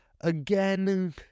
Again